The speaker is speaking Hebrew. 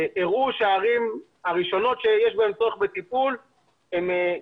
הראו שהערים הראשונות שיש צורך בטיפול בהן,